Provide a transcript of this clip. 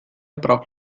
braucht